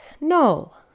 no